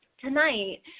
tonight